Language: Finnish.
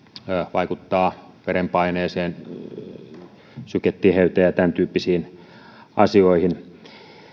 vaikuttavat verenpaineeseen syketiheyteen ja tämäntyyppisiin asioihin